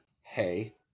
hey